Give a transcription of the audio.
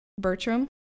Bertram